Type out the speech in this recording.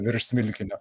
virš smilkinio